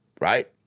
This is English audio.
right